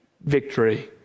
victory